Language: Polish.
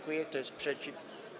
Kto jest przeciw?